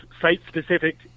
site-specific